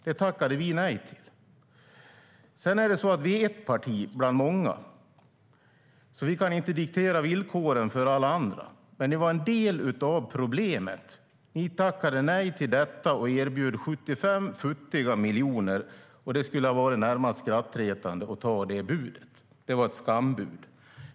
Det tackade vi nej till. Vi är ett parti bland många, så vi kan inte diktera villkoren för alla andra. Men ni var en del av problemet. Ni tackade nej till detta och erbjöd 75 futtiga miljoner. Det skulle ha varit närmast skrattretande att ta det budet. Det var ett skambud.